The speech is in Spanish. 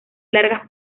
largas